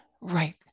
Right